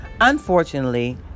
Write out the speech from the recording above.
Unfortunately